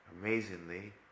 amazingly